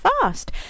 fast